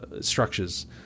structures